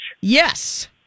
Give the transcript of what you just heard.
Yes